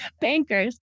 bankers